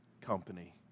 company